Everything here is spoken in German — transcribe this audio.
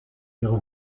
ihre